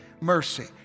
mercy